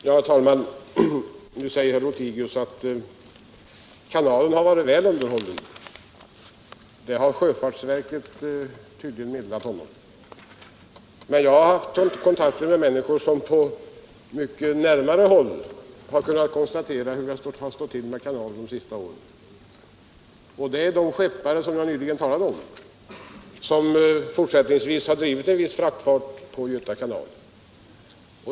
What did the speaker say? Herr talman! Herr Lothigius påstår att kanalen har varit väl underhållen. Det har tydligen sjöfartsverket meddelat honom. Jag har haft kontakt med människor som på mycket närmare håll har kunnat konstatera hur det stått till med kanalen under de senaste åren, nämligen de skeppare som jag nyligen talade om och som fortsättningsvis drivit en viss fraktfart på Göta kanal.